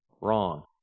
Wrong